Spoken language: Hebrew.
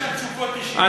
לא שאלתי תשוקות אישיות.